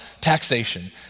taxation